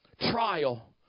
Trial